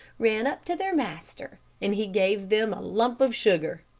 ran up to their master, and he gave them a lump of sugar.